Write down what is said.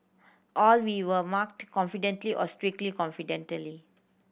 all we were marked or strictly